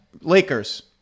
lakers